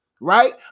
right